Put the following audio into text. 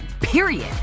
period